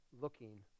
looking